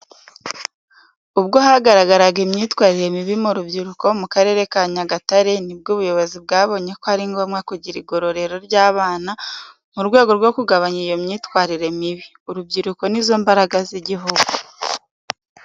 Ubwo hagaragaraga imyitwarire mibi mu rubyiruko mu Karere ka Nyagatare, nibwo ubuyobozi bwabonye ko ari ngombwa kugira igororero ry’abana mu rwego rwo kugabanya iyo myitwarire mibi. Urubyiruko ni zo mbaraga z’igihugu.